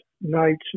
nights